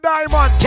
Diamond